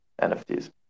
NFTs